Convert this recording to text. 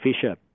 Fisher